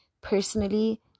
personally